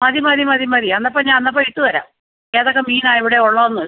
മതി മതി മതി മതി എന്നാൽ അപ്പം ഞാൻ അന്നപ്പം ഇട്ട് തരാം ഏതൊക്കെ മീനാണ് ഇവിടെ ഉള്ളതെന്ന്